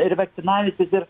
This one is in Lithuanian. ir vakcinavęsis ir